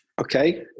Okay